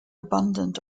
abundant